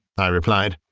i replied,